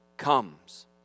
comes